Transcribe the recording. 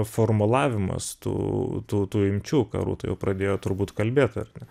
formulavimas tų tų imčių ką rūta jau pradėjo turbūt kalbėt ar ne